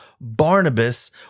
Barnabas